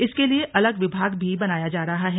इसके लिये अलग विभाग भी बनाया जा रहा है